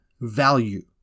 value